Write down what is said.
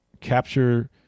capture